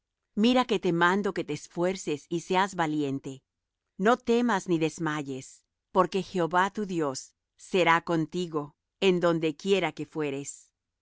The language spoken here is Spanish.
mira que te mando que te esfuerces y seas valiente no temas ni desmayes porque jehová tu dios será contigo en donde quiera que fueres